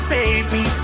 baby